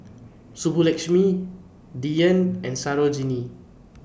Subbulakshmi Dhyan and Sarojini